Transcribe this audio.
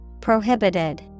Prohibited